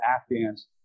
Afghans